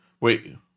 Wait